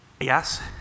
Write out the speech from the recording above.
yes